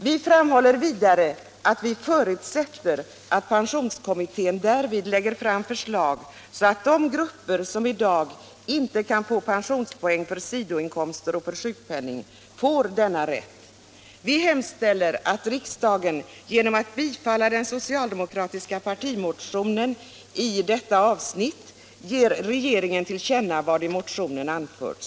Vi framhåller vidare att vi förutsätter att pensionskommittén därvid lägger fram förslag Pensionspoäng på så att de grupper som i dag inte kan få pensionspoäng för sidoinkomster — Sidoinkomster för och för sjukpenning får denna rätt. Vi hemställer att riksdagen genom person med partiell att bifalla den socialdemokratiska partimotionen i detta avsnitt ger re — förtidspension, geringen till känna vad i motionen anförts.